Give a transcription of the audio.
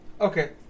Okay